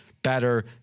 Better